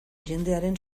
jendearen